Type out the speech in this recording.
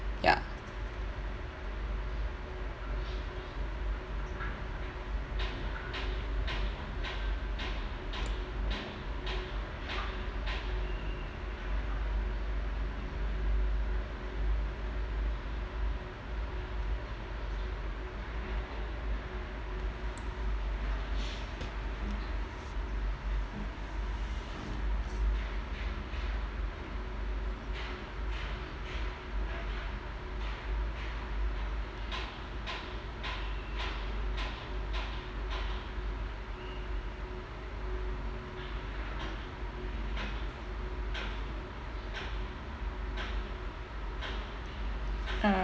ya uh